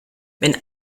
wenn